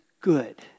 good